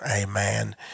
amen